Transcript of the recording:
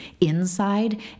inside